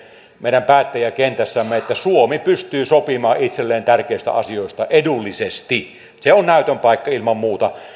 meidän päättäjäkentässämme että suomi pystyy sopimaan itselleen tärkeistä asioista edullisesti se on näytön paikka ilman muuta